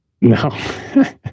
No